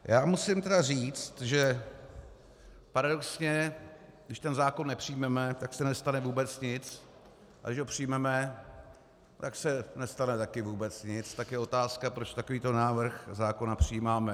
Já musím tedy říci, že paradoxně když ten zákon nepřijmeme, tak se nestane vůbec nic, a když ho přijmeme, tak se nestane také vůbec nic, tak je otázka, proč takovýto návrh zákona přijímáme.